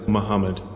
Muhammad